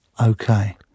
Okay